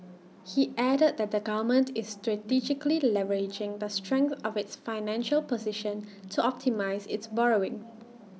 he added that the government is strategically leveraging the strength of its financial position to optimise its borrowing